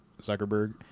Zuckerberg